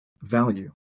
value